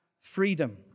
freedom